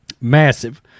Massive